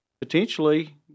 potentially